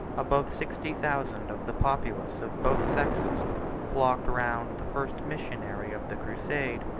above sixty thousand of the populace of both sexes flocked round the first missionary of the crusade,